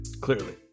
Clearly